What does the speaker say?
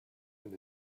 and